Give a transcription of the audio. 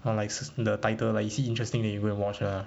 uh like the title like you see interesting then you go and watch ah